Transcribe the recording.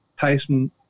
Tyson